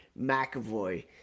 McAvoy